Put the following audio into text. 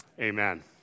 amen